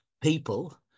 people